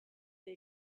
they